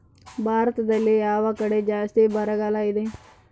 ಭಾರತದಲ್ಲಿ ಯಾವ ಕಡೆ ಜಾಸ್ತಿ ಬರಗಾಲ ಇದೆ?